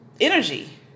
energy